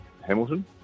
Hamilton